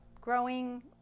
growing